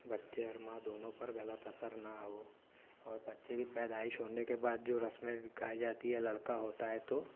بچے اور ماں دونوں پر غلط اثر نہ ہو اور بچے کی پیدائش ہونے کے بعد جو رسمیں گائی جاتی ہے لڑکا ہوتا ہے تو